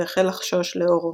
והחל לחשוש לעורו.